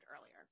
earlier